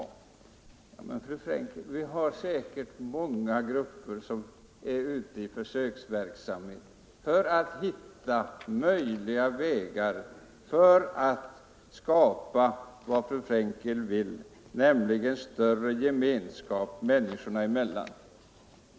Ja, fru Frenkel, det är säkert många som är sysselsatta med försöksverksamhet för att hitta möjliga vägar att skapa vad fru Frenkel vill ha, nämligen större gemenskap människorna emellan.